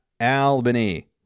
Albany